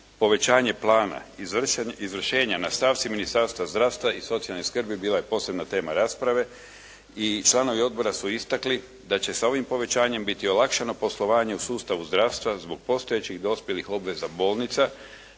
povećanje plana izvršenja na stavci Ministarstva zdravstva i socijalne skrbi bila je posebna tema rasprave i članovi odbora su istakli da će sa ovim povećanjem biti olakšano poslovanje u sustavu zdravstva zbog postojećih dospjelih obveza bolnica